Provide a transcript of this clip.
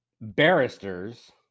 barristers